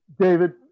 David